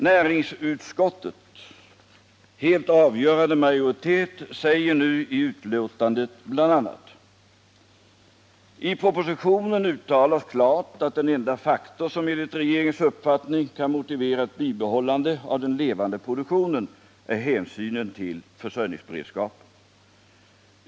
Näringsutskottets helt övervägande majoritet säger i betänkandet bl.a.: ”I propositionen uttalas klart att den enda faktor som enligt regeringens uppfattning kan motivera ett bibehållande av den levande produktionen är hänsynen till försörjningsberedskapen.